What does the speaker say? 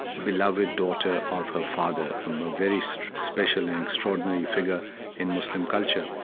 beloved daughter of her father, um a very so special and extraordinary figure in muslim culture.